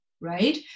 Right